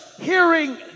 hearing